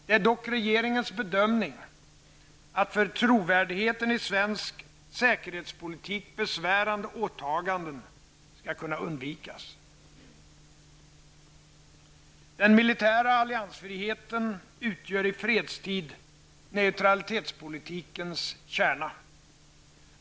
Det är dock regeringens bedömning att för trovärdigheten i svensk säkerhetspolitik besvärande åtaganden skall kunna undvikas. Den militära alliansfriheten utgör i fredstid neutralitetspolitikens kärna.